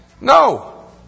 No